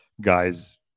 guys